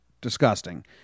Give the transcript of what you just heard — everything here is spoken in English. Disgusting